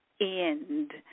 end